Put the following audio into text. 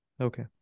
Okay